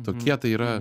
tokie tai yra